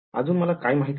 अजून मला काय माहिती नाही